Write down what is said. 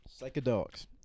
Psychedelics